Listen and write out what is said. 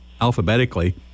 alphabetically